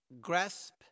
grasp